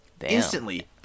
Instantly